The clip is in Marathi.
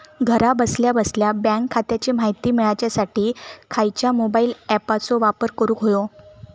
घरा बसल्या बसल्या बँक खात्याची माहिती मिळाच्यासाठी खायच्या मोबाईल ॲपाचो वापर करूक होयो?